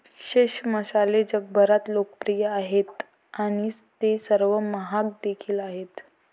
विशेष मसाले जगभरात लोकप्रिय आहेत आणि ते सर्वात महाग देखील आहेत